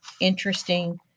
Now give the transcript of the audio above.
interesting